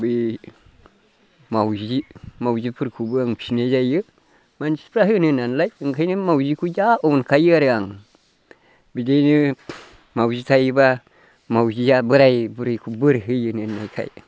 बै मावजि मावजिफोरखौबो आं फिनाय जायो मानसिफ्रा होनो नालाय ओंखायनो मावजिखौ जा अनखायो आरो आं बिदिनो मावजि थायोब्ला मावजिया बोराइ बुरिखौ बोर होयोनो होननायखाय